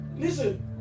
Listen